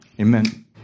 Amen